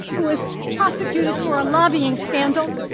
who was prosecuted for a lobbying scandal.